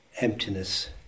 emptiness